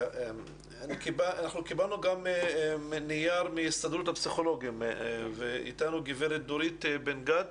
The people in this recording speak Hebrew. אנחנו קיבלנו גם נייר מהסתדרות הסטודנטים ונמצאת איתנו גב' דורית בן גד.